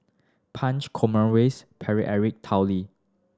Punch Eric Tao Li